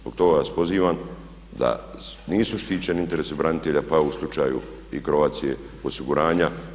Zbog toga vas pozivam da nisu štićeni interesi branitelja pa u slučaju i Croatia osiguranja.